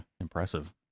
impressive